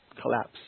collapse